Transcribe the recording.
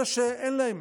אלה שאין להם.